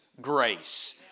grace